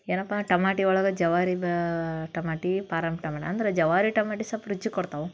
ಏನಪ್ಪ ಟಮಾಟಿ ಒಳಗೆ ಜವಾರಿ ಬ ಟಮಾಟಿ ಪಾರಮ್ ಟಮಣ ಅಂದ್ರೆ ಜವಾರಿ ಟಮಾಟಿ ಸಲ್ಪ್ ರುಚಿ ಕೊಡ್ತವೆ